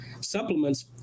supplements